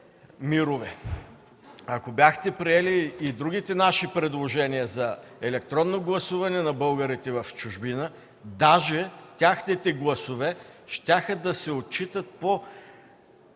Ако бяхте приели и другите наши предложения – за електронно гласуване на българите в чужбина, дори техните гласове щяха да се отчитат по